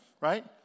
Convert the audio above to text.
Right